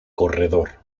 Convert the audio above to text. corredor